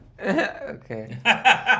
Okay